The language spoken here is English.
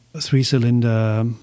three-cylinder